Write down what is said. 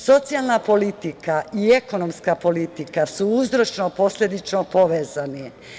Socijalna politika i ekonomska politika su uzročno posledično povezane.